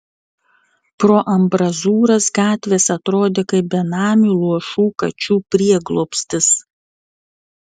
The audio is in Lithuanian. pro ambrazūras gatvės atrodė kaip benamių luošų kačių prieglobstis